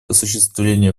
осуществление